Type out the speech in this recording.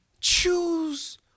Choose